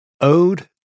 Ode